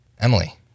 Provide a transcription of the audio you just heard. Emily